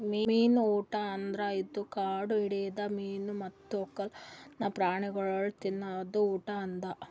ಮೀನು ಊಟ ಅಂದುರ್ ಇದು ಕಾಡು ಹಿಡಿದ ಮೀನು ಮತ್ತ್ ಒಕ್ಕಲ್ತನ ಪ್ರಾಣಿಗೊಳಿಗ್ ತಿನದ್ ಊಟ ಅದಾ